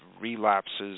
relapses